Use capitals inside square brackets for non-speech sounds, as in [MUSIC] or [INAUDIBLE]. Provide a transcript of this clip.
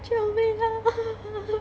救命啊 [NOISE]